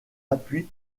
appui